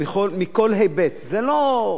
מכל היבט, זה לא,